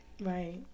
Right